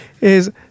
is-